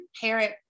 parent